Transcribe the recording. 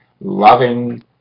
loving